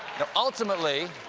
ah ultimately,